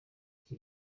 iki